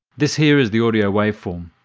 this here is the audio wave form.